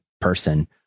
person